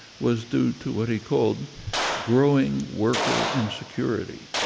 was due to what he called growing worker insecurity.